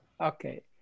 okay